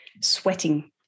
sweating